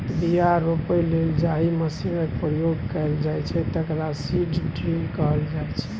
बीया रोपय लेल जाहि मशीनक प्रयोग कएल जाइ छै तकरा सीड ड्रील कहल जाइ छै